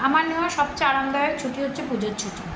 আমার নেওয়া সবচেয়ে আরামদায়ক ছুটি হচ্ছে পুজোর ছুটি